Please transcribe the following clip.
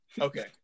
Okay